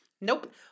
nope